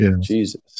Jesus